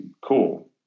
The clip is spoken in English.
cool